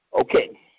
Okay